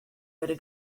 wurde